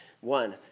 One